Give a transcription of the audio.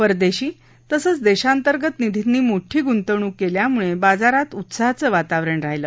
परदेशी तसंच देशांतर्गत निधींनी मोठी गुंतवणूक केल्यामुळे बाजारात उत्साहाचं वातावरण राहीलं